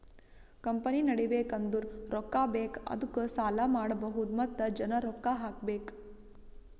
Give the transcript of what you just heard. company ನಡಿಬೇಕ್ ಅಂದುರ್ ರೊಕ್ಕಾ ಬೇಕ್ ಅದ್ದುಕ ಸಾಲ ಮಾಡ್ಬಹುದ್ ಮತ್ತ ಜನ ರೊಕ್ಕಾ ಹಾಕಬೇಕ್